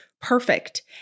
perfect